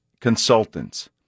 consultants